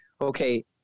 okay